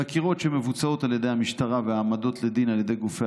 חקירות שמבוצעות על ידי המשטרה והעמדות לדין על ידי גופי